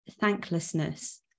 thanklessness